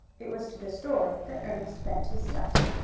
it was to the store that ernest bent his steps.